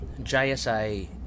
JSA